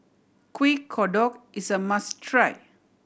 Kuih Kodok is a must try